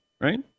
right